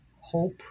hope